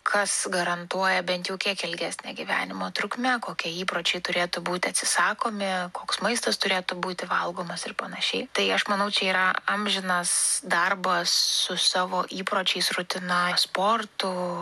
kas garantuoja bent jau kiek ilgesnę gyvenimo trukmę kokie įpročiai turėtų būti atsisakomi koks maistas turėtų būti valgomas ir panašiai tai aš manau čia yra amžinas darbo su savo įpročiais rutina sportu